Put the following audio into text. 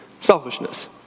Selfishness